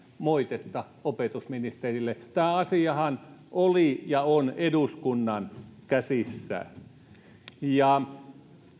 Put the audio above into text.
moitetta opetusministerille tämä asiahan oli ja on eduskunnan käsissä ja